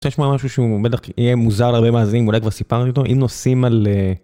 רוצה לשמוע משהו שהוא בטח יהיה מוזר להרבה מאזינים ואולי כבר סיפרנו אותו אם נוסעים על...